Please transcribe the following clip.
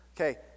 Okay